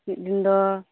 ᱢᱤᱫ ᱫᱤᱱ ᱫᱚ